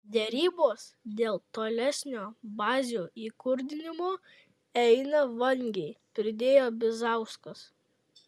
derybos dėl tolesnio bazių įkurdinimo eina vangiai pridėjo bizauskas